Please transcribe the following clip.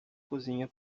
cozinha